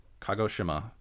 Kagoshima